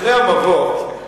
אחרי המבוא.